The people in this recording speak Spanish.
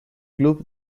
club